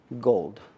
gold